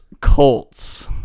colts